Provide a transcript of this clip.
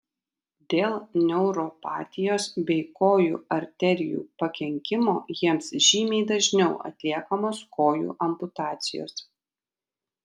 dėl neuropatijos bei kojų arterijų pakenkimo jiems žymiai dažniau atliekamos kojų amputacijos